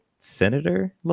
Senator